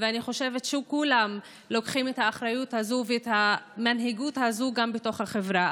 ואני חושבת שכולם לוקחים את האחריות הזאת ואת המנהיגות הזאת בתוך החברה,